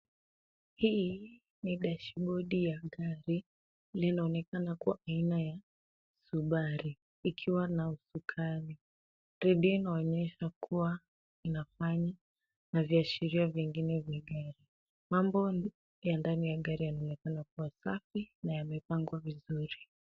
Hii ni dashibodi ya gari. Linaonekana kuwa aina ya Subaru ikiwa na usukani. Redio inaonyesha kuwa inafanya na viashiria vingine vya gari. Mambo ya ndani ya gari yanaonekana kuwa safi na yanaonekana vizuri.